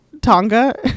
Tonga